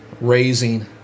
raising